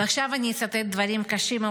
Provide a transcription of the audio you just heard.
ועכשיו אני אצטט דברים קשים,